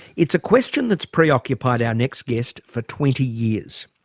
it's a question that's preoccupied our next guest for twenty years.